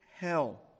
hell